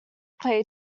play